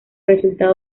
resultado